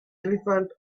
elephant